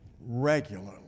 regularly